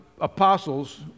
apostles